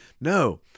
No